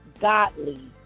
godly